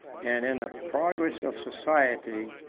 and, in the progress of society,